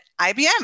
IBM